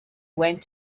went